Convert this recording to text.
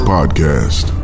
Podcast